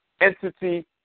entity